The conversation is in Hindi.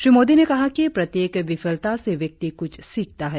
श्री मोदी ने कहा कि प्रत्येक विफलता से व्यक्ति कुछ सीखता है